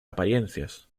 apariencias